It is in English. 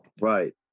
Right